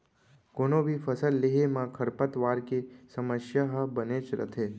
कोनों भी फसल लेहे म खरपतवार के समस्या ह बनेच रथे